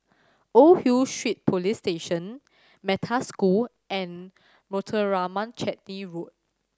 Old Hill Street Police Station Metta School and Muthuraman Chetty Road